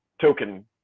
token